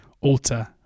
alter